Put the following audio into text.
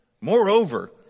Moreover